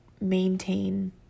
maintain